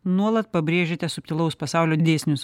nuolat pabrėžiate subtilaus pasaulio dėsnius